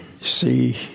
see